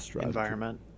environment